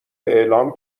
اعلام